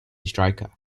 striker